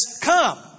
come